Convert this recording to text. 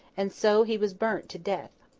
and so he was burnt to death.